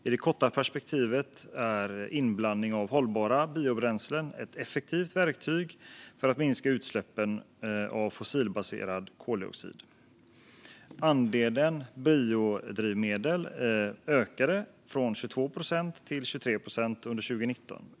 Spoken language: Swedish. I det korta perspektivet är inblandning av hållbara biobränslen ett effektivt verktyg för att minska utsläppen av fossilbaserad koldioxid. Andelen biodrivmedel ökade från 22 till 23 procent under 2019.